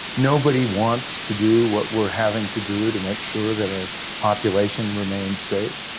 nobody wants to do what we're having to do to make sure that our population remains safe,